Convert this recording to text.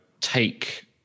take